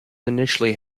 initially